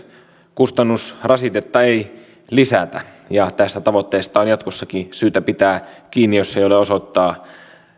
kustannusrasitetta ei lisätä ja tästä tavoitteesta on jatkossakin syytä pitää kiinni jos ei ole osoittaa